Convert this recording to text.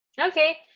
Okay